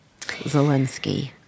Zelensky